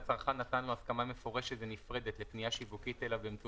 שהצרכן נתן לו הסכמה מפורשת ונפרדת לפניה שיווקית אליו באמצעות